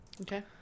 okay